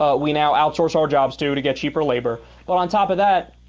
ah we now outsource our jobs due to get cheaper labor but on top of that